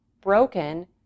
broken